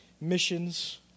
missions